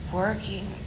working